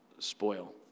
Spoil